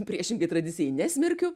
priešingai tradicijai nesmerkiu